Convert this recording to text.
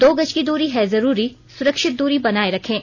दो गज की दूरी है जरूरी सुरक्षित दूरी बनाए रखें